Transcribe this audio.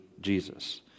Jesus